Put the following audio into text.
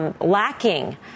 lacking